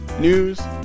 news